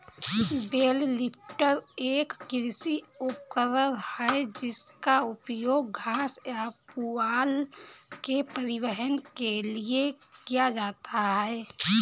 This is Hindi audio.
बेल लिफ्टर एक कृषि उपकरण है जिसका उपयोग घास या पुआल के परिवहन के लिए किया जाता है